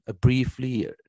briefly